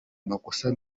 amakosa